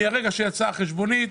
מהרגע שיצאה החשבונית,